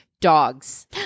Dogs